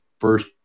first